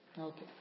Okay